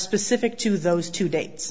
specific to those two dates